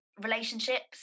relationships